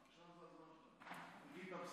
אנחנו עוברים לשאילתות רגילות.